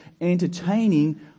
entertaining